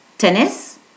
Tennis